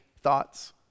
thoughts